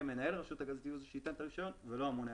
מנהל רשות הגז הטבעי שייתן את הרישיון ולא הממונה.